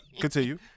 continue